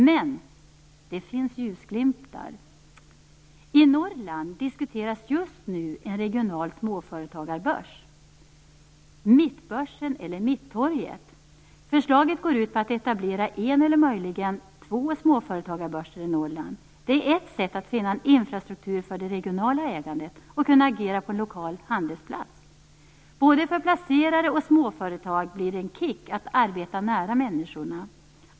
Men det finns ljusglimtar. I Norrland diskuteras just nu en regional småföretagarbörs, Mittbörsen eller Mittorget. Förslaget går ut på att etablera en eller möjligen två småföretagarbörser i Norrland. Det är ett sätt att finna en infrastruktur för det regionala ägandet och kunna agera på en lokal handelsplats. Både för placerare och småföretag blir det en kick att arbeta nära människorna.